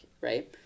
right